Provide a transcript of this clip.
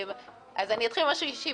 אני אתחיל במשהו אישי.